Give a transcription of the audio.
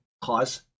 cause